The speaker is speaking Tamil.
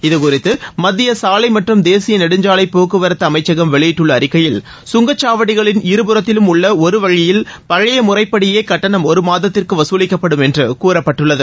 இதுகுறித்து மத்திய சாலை மற்றும் தேசிய நெடுஞ்சாலை போக்குவரத்து அமைச்சகம் வெளியிட்டுள்ள அறிக்கையில் சுங்கச்சாவடிகளின் இருபுறத்திலும் உள்ள ஒரு வழியில் பழைய முறைப்படியே கட்டணம் ஒருமாதத்திற்கு வசூலிக்கப்படும் என்று கூறப்பட்டுள்ளது